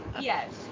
Yes